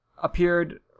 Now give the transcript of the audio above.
appeared